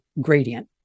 gradient